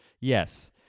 Yes